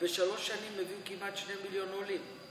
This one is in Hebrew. ובשלוש שנים הביאו כמעט שני מיליון עולים.